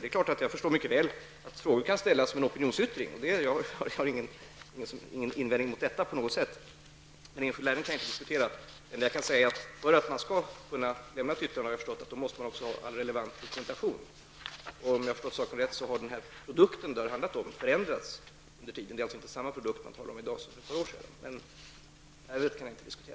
Det är klart att jag mycket väl förstår att frågor kan ställas som en opinionsyttring, och det har jag ingen invändning mot. Men enskilda ärenden kan jag inte diskutera. Det enda jag kan säga är att för att man skall kunna lämna ett yttrande måste man också ha all relevant dokumentation. Och om jag har förstått saken rätt har denna produkt som det handlar om förändrats under tiden. Det är alltså inte samma produkt som man talar om i dag som för ett par år sedan. Men ärendet kan jag alltså